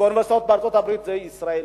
באוניברסיטאות בארצות-הברית זה ישראלים.